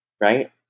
Right